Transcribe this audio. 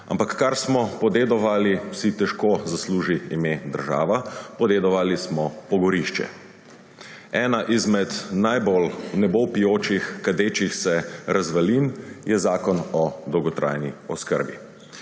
Ampak kar smo podedovali, si težko zasluži ime država. Podedovali smo pogorišče. Ena izmed najbolj v nebo vpijočih kadečih se razvalin je Zakon o dolgotrajni oskrbi.